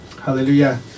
Hallelujah